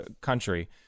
country